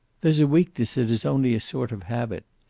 there's a weakness that is only a sort of habit.